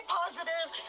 positive